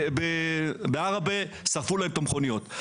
בעראבה שרפו לו את המכוניות.